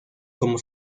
como